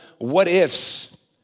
what-ifs